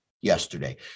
yesterday